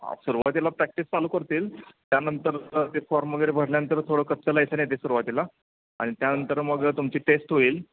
हा सुरवातीला प्रॅक्टिस चालू करतील त्यानंतर ते फॉर्म वगैरे भरल्यानंतर थोडं कच्चं लायसन येतं आहे सुरवातीला आणि त्यानंतर मग तुमची टेस्ट होईल